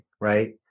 right